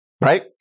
Right